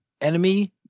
enemy